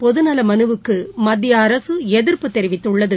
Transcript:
பொதுநலமனுவுக்குமத்தியஅரசுஎதிர்ப்பு தெரிவித்துள்ளது